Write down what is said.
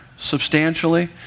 substantially